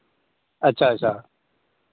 अच्छा अच्छा